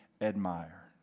admire